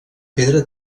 pedra